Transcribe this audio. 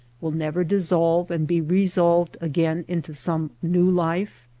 will never dissolve and be resolved again into some new life?